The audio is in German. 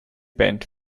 band